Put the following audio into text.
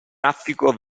traffico